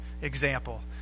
example